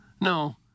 No